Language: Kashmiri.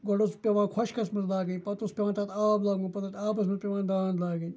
گۄڈٕ اوس سُہ پٮ۪وان خۄشکَس منٛز لاگٕنۍ پَتہٕ اوس پٮ۪وان تَتھ آب لاگُن پَتہٕ ٲسۍ آبَس منٛز پٮ۪وان دانٛد لاگٕنۍ